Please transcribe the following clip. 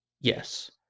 Yes